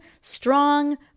strong